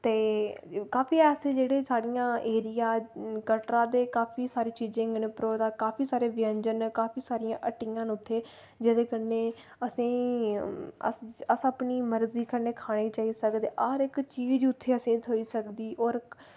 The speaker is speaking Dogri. ते काफी अस जेह्ड़े साढ़ियां एरिया कटरा ते काफी सारी चीजें कन्नै भरोए दा काफी सारे व्यंजन न काफी सारियां हट्टियां न उत्थै जेह्दे कन्नै असेंई अस अस अपनी मर्जी कन्नै खाने जाई सकदे हर इक चीज उत्थें असें थ्होई सकदी और